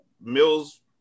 Mills